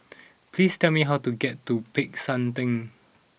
please tell me how to get to Peck San Theng